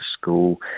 school